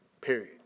period